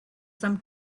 some